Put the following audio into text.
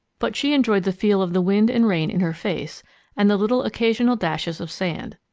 but she enjoyed the feel of the wind and rain in her face and the little occasional dashes of sand.